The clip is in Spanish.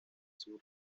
sur